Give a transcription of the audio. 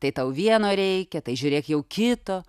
tai tau vieno reikia tai žiūrėk jau kito